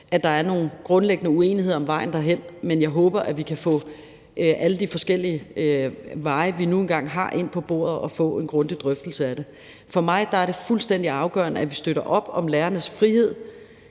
at der er nogle grundlæggende uenigheder om vejen derhen. Men jeg håber, at vi kan få alle de forskellige forslag til veje, vi nu engang har, ind på bordet og få en grundig drøftelse af det. For mig er det fuldstændig afgørende, at vi støtter op om lærernes frihed,